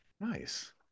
Nice